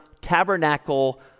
tabernacle